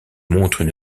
montrent